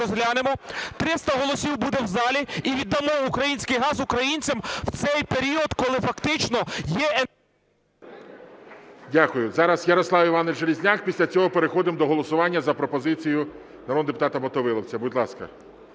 розглянемо, 300 голосів буде в залі, і віддамо український газ українцям в цей період, коли фактично є… ГОЛОВУЮЧИЙ. Дякую. Зараз Ярослав Іванович Железняк. Після цього переходимо до голосування за пропозицію народного депутата Мотовиловця. Будь ласка.